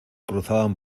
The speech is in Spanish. cruzaban